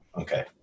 okay